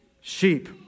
Sheep